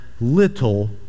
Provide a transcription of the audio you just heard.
little